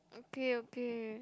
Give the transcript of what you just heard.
okay okay